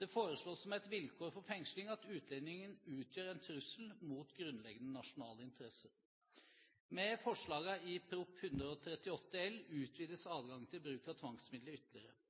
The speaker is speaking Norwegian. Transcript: Det foreslås som et vilkår for fengsling at utlendingen utgjør en trussel mot grunnleggende nasjonale interesser. Med forslagene i Prop. 138 L for 2010–2011 utvides adgangen til bruk av tvangsmidler ytterligere.